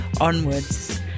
onwards